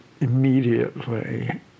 immediately